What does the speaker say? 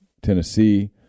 Tennessee